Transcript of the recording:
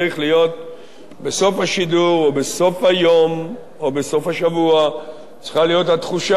בסוף השידור או בסוף היום או בסוף השבוע צריכה להיות התחושה